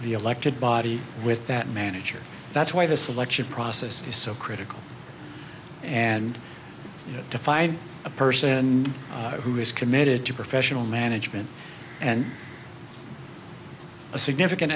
the elected body with that manager that's why the selection process is so critical and to find a person who is committed to professional management and a significant